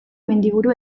mendiburu